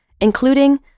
including